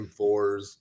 M4s